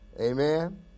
Amen